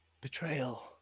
betrayal